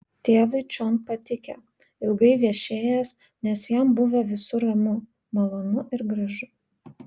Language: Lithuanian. tėvui čion patikę ilgai viešėjęs nes jam buvę visur ramu malonu ir gražu